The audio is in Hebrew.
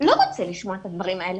לא רוצה לשמוע את הדברים האלה,